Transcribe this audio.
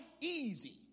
easy